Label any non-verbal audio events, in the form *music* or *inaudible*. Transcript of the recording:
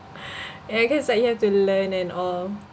*breath* and like cause like you have to learn and all